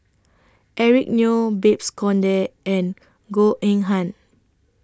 Eric Neo Babes Conde and Goh Eng Han